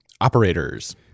operators